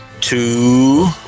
Two